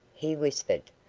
he whispered,